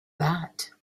that